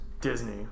Disney